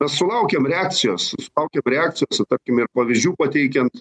sulaukėm reakcijos sulaukėm reakcijos tarkim ir pavyzdžių pateikiant